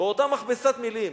באותה מכבסת מלים.